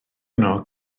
yno